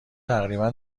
تقریبا